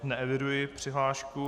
Neeviduji přihlášku.